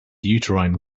uterine